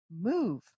move